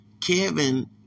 Kevin